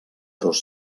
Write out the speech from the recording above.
dos